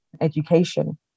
education